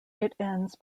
ends